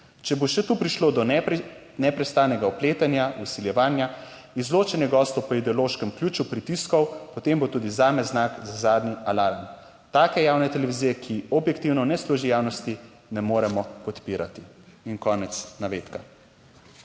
Če bo še tu prišlo do neprestanega vpletanja, vsiljevanja, izločanje gostov po ideološkem ključu pritiskov, potem bo tudi zame znak za zadnji alarm. Take javne televizije, ki objektivno ne služi javnosti, ne moremo podpirati." In konec navedka.